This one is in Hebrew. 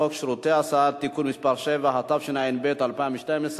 חוק שירותי הסעד (תיקון מס' 7), התשע"ב 2012,